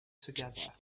together